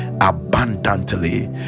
abundantly